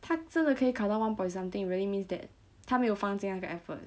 他真的可以考到 one point something really means that 他没有放进那个 effort